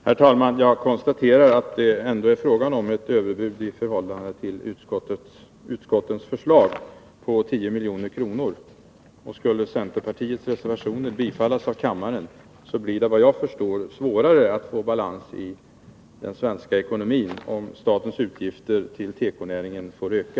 Herr talman! Jag konstaterar att det ändå är fråga om ett centerpartistiskt överbud i förhållande till utskottets förslag på 10 milj.kr. Om centerpartiets reservationer skulle bifallas av kammaren blir det, såvitt jag förstår, svårare att få balans i den svenska ekonomin, eftersom statens utgifter till tekonäringen då skulle öka.